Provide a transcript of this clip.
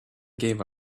gave